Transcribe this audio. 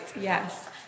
yes